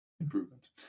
improvement